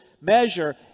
measure